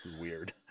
Weird